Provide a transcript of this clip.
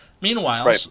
Meanwhile